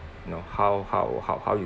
know how how how how you